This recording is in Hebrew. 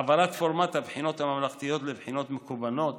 העברת פורמט הבחינות הממלכתיות לבחינות מקוונות